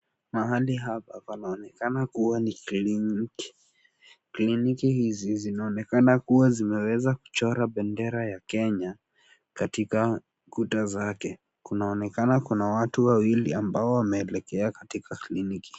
Mahali hapa panaonekana kuwa ni kliniki. Kliniki hizi zinaonekana kuwa zimeweza kuchora bendera ya Kenya katika kuta zake. Kunaonekana kuna watu wawili ambao wameelekea katika kliniki.